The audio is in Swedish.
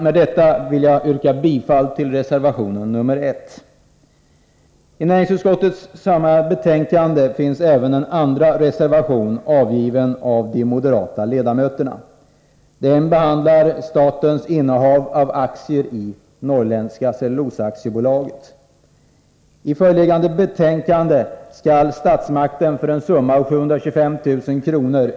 Med detta vill jag yrka bifall till reservation nr 1. I näringsutskottets betänkande finns även en andra reservation, avgiven av de moderata ledamöterna. Den behandlar statens innehav av aktier i Norrlands Skogsägares Cellulosa AB. Enligt föreliggande betänkande skall statsmakten för en summa av 725 000 kr.